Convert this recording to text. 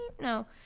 no